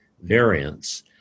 variants